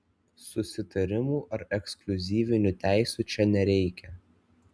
susitarimų ar ekskliuzyvinių teisių čia nereikia